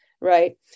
right